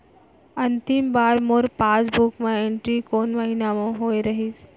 अंतिम बार मोर पासबुक मा एंट्री कोन महीना म होय रहिस?